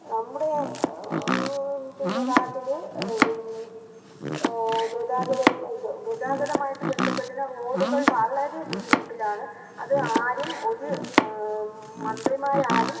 നമ്മുടെ പിന്നെ നാട്ടിൽ ഗതാഗതം ഗതാഗതം ആയിട്ട് ബന്ധപ്പെട്ട് റോഡുകൾ വളരെ ബുദ്ധിമുട്ടിലാണ് അത് ആരും ഒരു മന്ത്രിമാരാരും